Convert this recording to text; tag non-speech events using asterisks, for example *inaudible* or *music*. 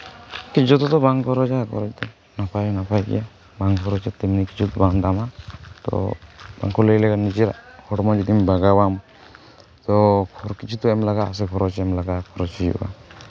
ᱴᱷᱤᱠ ᱡᱚᱛᱚ ᱫᱚ ᱵᱟᱝ ᱠᱷᱚᱨᱚᱪᱟ ᱠᱷᱚᱨᱚᱪ ᱫᱚ ᱱᱟᱯᱟᱭ ᱱᱟᱯᱟᱭ ᱜᱮᱭᱟ *unintelligible* ᱵᱟᱝ ᱠᱷᱚᱨᱚᱪᱚᱜᱼᱟ ᱛᱮᱢᱱᱤ ᱠᱤᱪᱷᱩ ᱫᱚ ᱵᱟᱝ ᱫᱟᱢᱼᱟ ᱛᱳ ᱩᱱᱠᱩ ᱠᱚ ᱞᱟᱹᱭ ᱞᱮᱠᱷᱟᱱ ᱡᱮ ᱦᱚᱲᱢᱚ ᱡᱩᱫᱤᱢ ᱵᱟᱜᱟᱣᱟ ᱛᱳ ᱠᱤᱪᱷᱩ ᱛᱚ ᱮᱢ ᱞᱟᱜᱟᱜ ᱟᱥᱮ ᱠᱷᱚᱨᱚᱪ ᱞᱟᱜᱟᱜᱼᱟ